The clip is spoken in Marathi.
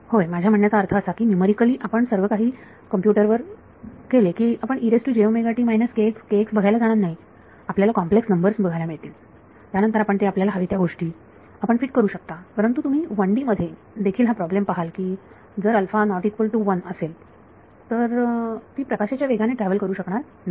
होय माझ्या म्हणण्याचा अर्थ असा की न्यूमरिकली आपण सर्व काही कॉम्प्युटरवर केले की आपण बघायला जाणार नाही आपल्याला कॉम्प्लेक्स नंबर्स बघायला मिळतील त्यानंतर आपण ते आपल्याला हवे त्या गोष्टी आपण फिट करू शकता परंतु तुम्ही 1D मध्ये देखील हा प्रॉब्लेम पहाल की जर alpha not equal to one असेल तर ती प्रकाशाच्या वेगाने ट्रॅव्हल करू शकणार नाही